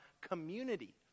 community